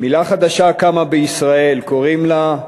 מילה חדשה קמה בישראל, קוראים לה: